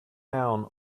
town